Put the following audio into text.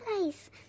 Place